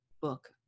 book